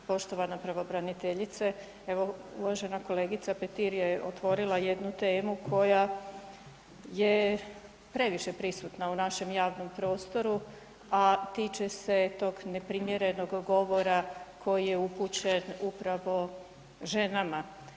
Poštovana pravobraniteljice, evo uvažena kolegica Petir je otvorila jednu temu koja je previše prisutna u našem javnom prostoru, a tiče se tog neprimjerenog govora koji je upućen upravo ženama.